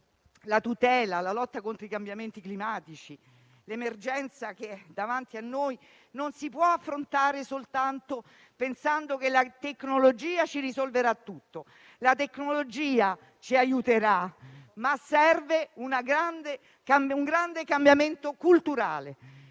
la tutela, la lotta contro i cambiamenti climatici e l'emergenza davanti a noi non si possono affrontare pensando che la tecnologia risolverà tutto. La tecnologia ci aiuterà, ma serve un grande cambiamento culturale.